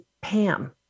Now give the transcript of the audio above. Pam